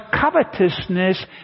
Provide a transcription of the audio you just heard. covetousness